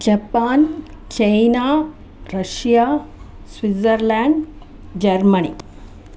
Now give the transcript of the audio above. Japan China Russia Switzerland Germany